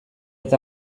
eta